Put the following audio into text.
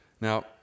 Now